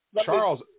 Charles